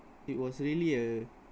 it was really a